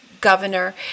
governor